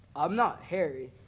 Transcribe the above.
i'm not harry.